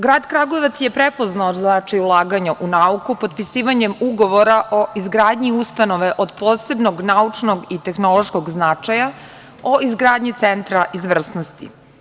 Grad Kragujevac je prepoznao značaj ulaganja u nauku potpisivanjem ugovora o izgradnji ustanove od posebnog naučnog i tehnološkog značaja, o izgradnji centra izvrsnosti.